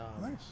Nice